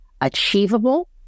achievable